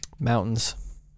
Mountains